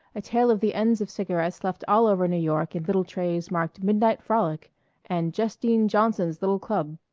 a tale of the ends of cigarettes left all over new york in little trays marked midnight frolic and justine johnson's little club,